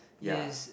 ya